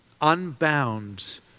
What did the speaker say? unbound